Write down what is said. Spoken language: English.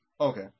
Okay